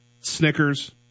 Snickers